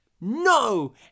no